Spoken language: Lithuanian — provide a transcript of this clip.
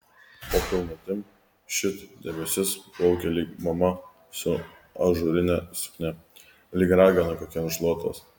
po pilnatim šit debesis plaukė lyg mama su ažūrine suknia lyg ragana kokia ant šluotos